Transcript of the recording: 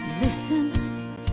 Listen